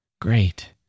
great